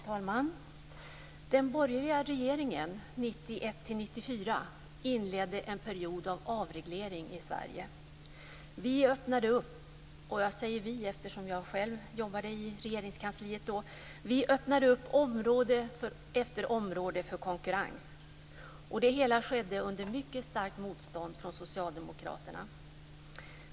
Herr talman! Den borgerliga regeringen 1991 1994 inledde en period av avreglering i Sverige. Vi öppnade upp - och jag säger vi, eftersom jag då själv jobbade i Regeringskansliet - område efter område för konkurrens. Det hela skedde under mycket starkt motstånd från Socialdemokraterna.